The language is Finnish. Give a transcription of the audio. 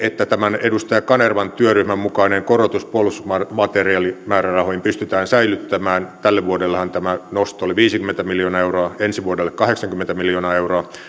että tämän edustaja kanervan työryhmän mukainen korotus puolustusmateriaalimäärärahoihin pystytään säilyttämään tälle vuodellehan tämä nosto oli viisikymmentä miljoonaa euroa ensi vuodelle kahdeksankymmentä miljoonaa euroa